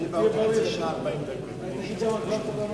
התש"ע 2010,